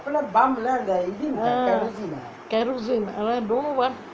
kerosene don't know [what]